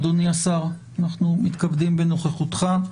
אדוני השר, אנחנו מתכבדים בנוכחותך.